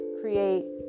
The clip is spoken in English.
create